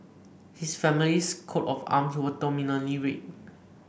his family's coat of arms was dominantly red